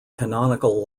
canonical